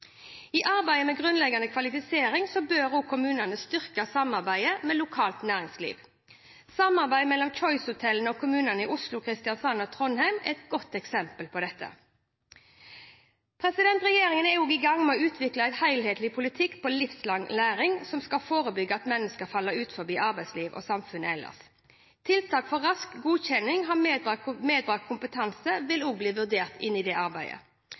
I arbeidet med grunnleggende kvalifisering bør kommunene styrke samarbeidet med lokalt næringsliv. Samarbeidet mellom Choice-hotellene og kommuner som Oslo, Kristiansand og Trondheim er et godt eksempel på dette. Regjeringen er i gang med å utvikle en helhetlig politikk for livslang læring, som skal forebygge at mennesker faller utenfor arbeidslivet og samfunnet ellers. Tiltak for raskere godkjenning av medbrakt kompetanse vil også bli vurdert inn i det arbeidet.